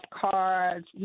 cards